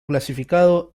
clasificado